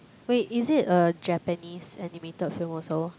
wait is it a Japanese animated film also